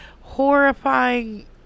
horrifying